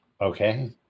Okay